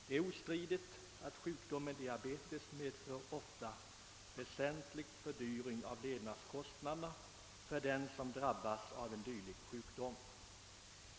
Det är ostridigt att sjukdomen diabetes ofta medför en väsentlig fördyring av levnadskostnaderna för den som drabbas av sjukdomen.